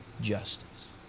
justice